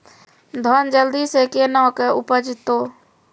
धान जल्दी से के ना उपज तो?